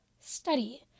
Study